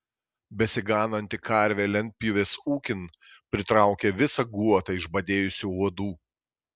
besigananti karvė lentpjūvės ūkin pritraukė visą guotą išbadėjusių uodų